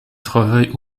travaille